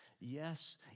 Yes